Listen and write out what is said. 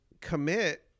commit